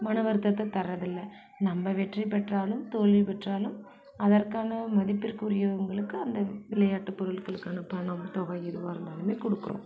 மனம் வருத்தத்தை தரதில்லை நம்ம வெற்றி பெற்றாலும் தோல்வி பெற்றாலும் அதற்கான மதிபிற்குரியவங்களுக்கு அந்த விளையாட்டு பொருள்களுக்கான பணம் தொகை எதுவாக இருந்தாலும் கொடுக்குறோம்